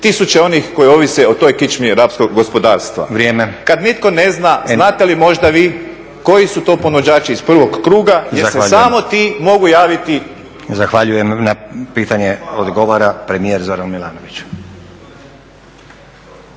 tisuće onih koji ovise o toj kičmi rapskog gospodarstva? Kada nitko ne zna znate li možda vi koji su to ponuđači iz prvog kruga jel se samo ti … /Govornik isključen./ … **Stazić, Nenad (SDP)** Vrijeme. zahvaljujem. Na pitanje odgovara premijer Zoran Milanović.